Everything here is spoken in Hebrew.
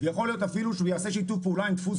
יכול להיות שאפילו הוא יעשה שיתוף פעולה עם דפוס